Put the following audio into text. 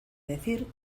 decir